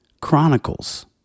Chronicles